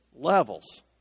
levels